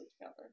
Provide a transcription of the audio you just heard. together